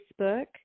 Facebook